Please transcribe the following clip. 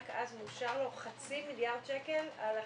רק אז מאושר לו חצי מיליארד שקל על החריגות.